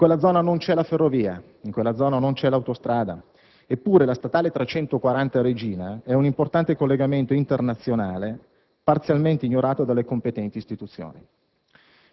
In quella zona non c'è la ferrovia, non c'è l'autostrada, eppure la statale 340 «Regina» è un importante collegamento internazionale, parzialmente ignorato dalle competenti istituzioni.